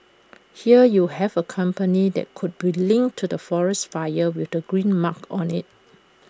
here you have A company that could be linked to forest fires with the green mark on IT